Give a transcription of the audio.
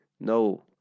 No